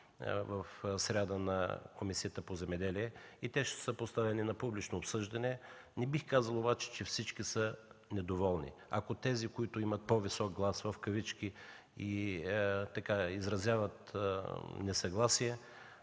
в сряда на Комисията по земеделието и горите. Те ще се поставят на публично обсъждане. Не бих казал обаче, че всички са недоволни. За тези, които имат „по-висок глас” и изразяват несъгласие,